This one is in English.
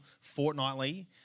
fortnightly